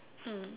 mm